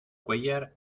cuéllar